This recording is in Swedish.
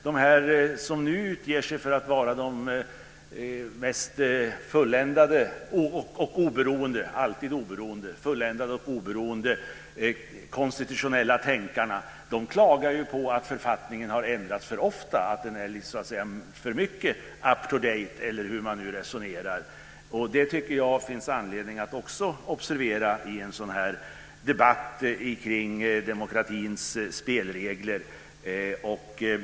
De som nu utger sig för att vara de mest fulländade och oberoende - alltid oberoende - konstitutionella tänkarna klagar ju på att författningen har ändrats för ofta, dvs. att den är för mycket up-to-date, eller hur man nu resonerar. Det tycker jag finns anledning att också observera i en sådan här debatt kring demokratins spelregler.